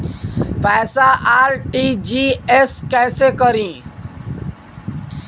पैसा आर.टी.जी.एस कैसे करी?